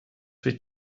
від